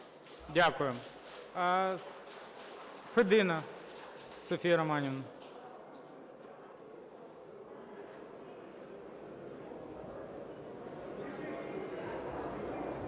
Дякуємо. Федина Софія Романівна.